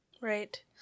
Right